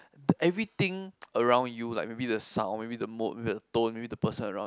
everything around you like maybe the sound maybe the mode maybe the tone maybe the person around you